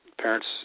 parents